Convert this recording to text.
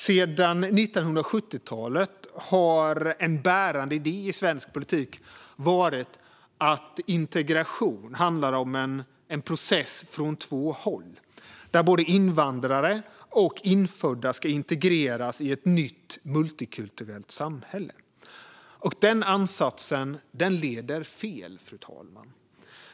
Sedan 1970-talet har en bärande idé i svensk politik varit att integration handlar om en process från två håll, där både invandrare och infödda ska integreras i ett nytt multikulturellt samhälle. Den ansatsen leder fel, fru talman.